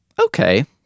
Okay